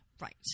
Right